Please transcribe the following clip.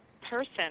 person